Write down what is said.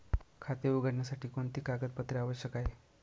खाते उघडण्यासाठी कोणती कागदपत्रे आवश्यक आहे?